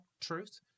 truth